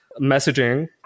messaging